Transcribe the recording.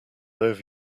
over